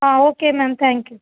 ah okay ma'am thank you